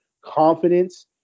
confidence